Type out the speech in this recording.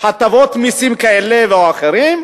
הטבות מסים כאלה או אחרות,